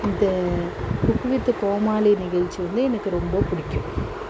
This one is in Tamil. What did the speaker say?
இந்த குக்கு வித் கோமாளி நிகழ்ச்சி வந்து எனக்கு ரொம்ப பிடிக்கும்